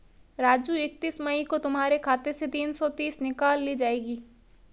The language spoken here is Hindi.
राजू इकतीस मई को तुम्हारे खाते से तीन सौ तीस निकाल ली जाएगी